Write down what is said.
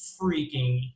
freaking